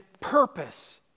purpose